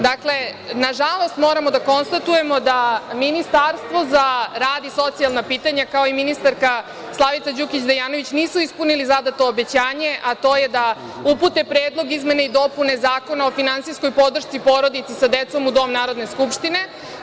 Nažalost, moramo da konstatujemo da Ministarstvo za rad i socijalna pitanja, kao i ministarka Slavica Đukić Dejanović nisu ispunili zadato obećanje, a to je da upute predlog izmena i dopuna Zakona o finansijskoj podršci porodici sa decom u dom Narodne skupštine.